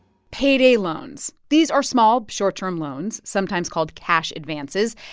payday loans these are small, short-term loans sometimes called cash advances.